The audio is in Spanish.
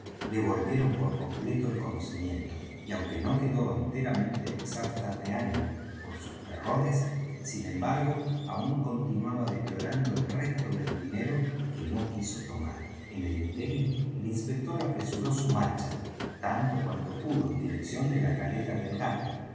le volvieron por completo el conocimiento y aunque no quedó enteramente exhausta de ánimo por sus terrores sinembargo aún continuaba deplorando el resto del dinero que no quiso tomar en el interín